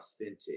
authentic